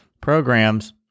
programs